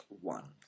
one